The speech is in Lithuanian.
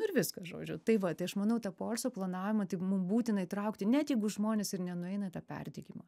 ir viskas žodžiu tai va tai aš manau tą poilsio planavimą tai mum būtina įtraukti net jeigu žmonės ir nenueina į tą perdegimą